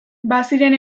baziren